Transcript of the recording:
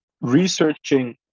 researching